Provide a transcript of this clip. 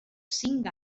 cinc